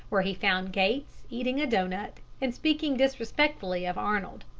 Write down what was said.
where he found gates eating a doughnut and speaking disrespectfully of arnold.